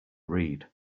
read